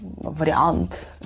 Variant